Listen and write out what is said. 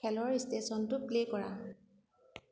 খেলৰ ষ্টেশ্যনটো প্লে' কৰা